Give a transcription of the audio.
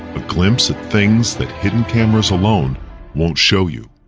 a glimpse of things that hidden cameras alone won't show you.